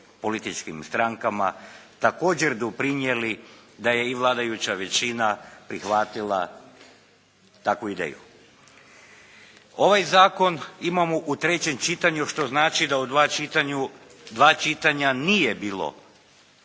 političkim strankama također doprinijeli da je i vladajuća većina prihvatila takvu ideju. Ovaj zakon imamo u trećem čitanju što znači da u dva čitanja nije bilo